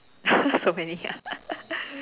so many ya